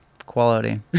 Quality